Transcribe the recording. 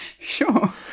Sure